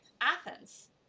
Athens